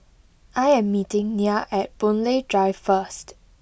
I am meeting Nya at Boon Lay Drive first